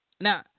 Now